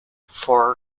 for